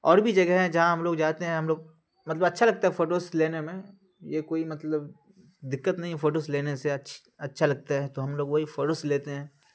اور بھی جگہیں ہیں جہاں ہم لوگ جاتے ہیں ہم لوگ مطلب اچھا لگتا ہے فوٹوز لینے میں یہ کوئی مطلب دقت نہیں ہے فوٹوز لینے سے اچھا لگتا ہے تو ہم لوگ وہی فوٹوز لیتے ہیں